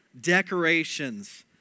decorations